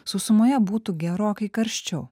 sausumoje būtų gerokai karščiau